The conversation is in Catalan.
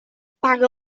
apaga